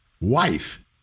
wife